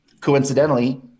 Coincidentally